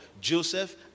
Joseph